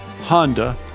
Honda